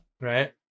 Right